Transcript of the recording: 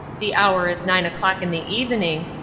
the hour is nine o'clock in the evening,